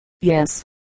Yes